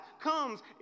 comes